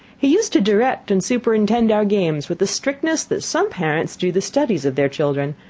he used to direct and superintend our games with the strictness that some parents do the studies of their children.